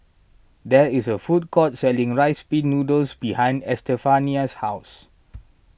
there is a food court selling Rice Pin Noodles behind Estefania's house